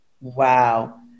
Wow